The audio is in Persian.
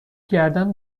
کردن